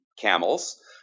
camels